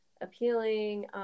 appealing